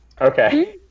Okay